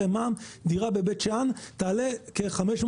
לפני מע"מ דירה בבית שאן תעלה כ-560,000